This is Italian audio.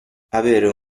avere